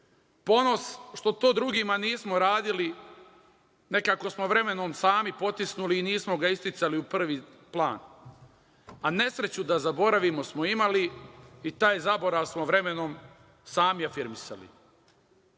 Ponos što to drugima nismo radili, nekako smo vremenom sami potisnuli i nismo ga isticali u prvi plan, a nesreću da zaboravimo smo imali i taj zaborav smo vremenom sami afirmisali. Zato